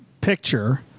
picture